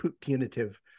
punitive